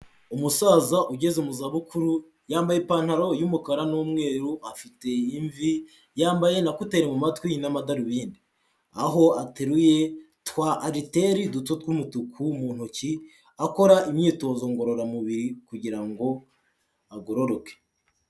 Umusaza ugeze mu za bukuru yambaye ipantaro y'umukara n'umweru afite imvi yambaye na kuteri mu mumatwi n'amadarubindi, aho ateruye twa aliteri duto tw'umutuku mu ntoki akora imyitozo ngororamubiri kugirango agororoke.